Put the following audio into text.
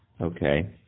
Okay